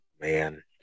Man